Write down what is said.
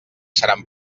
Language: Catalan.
seran